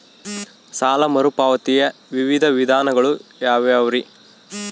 ಸಾಲ ಮರುಪಾವತಿಯ ವಿವಿಧ ವಿಧಾನಗಳು ಯಾವ್ಯಾವುರಿ?